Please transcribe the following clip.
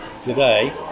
today